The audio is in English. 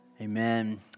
Amen